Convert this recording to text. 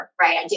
right